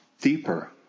deeper